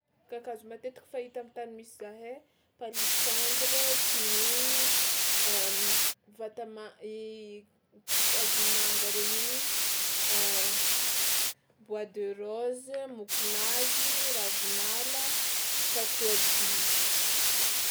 Kakazo matetiky fahita am'tany misy zahay: palissandre, kininy, vata ma- kakazon'ny manga regny igny, bois de rose, mokonazy, ravinala, sakoadia.